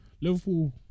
Liverpool